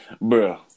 Bro